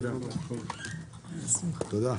תודה.